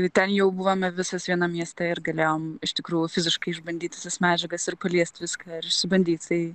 ten jau buvome visos vienam mieste ir galėjom iš tikrųjų fiziškai išbandyt visas medžiagas ir paliest viską ir išsibandyt tai